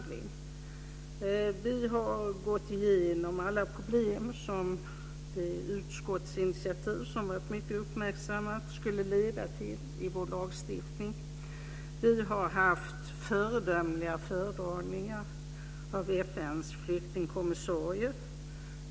Vi har gått igenom alla problem som det utskottsinitiativ som har varit mycket uppmärksammat skulle leda till i vår lagstiftning. Vi har haft föredömliga föredragningar av FN:s flyktingkommissarie.